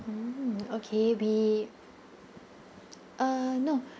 mm okay we uh no